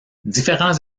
différents